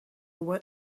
what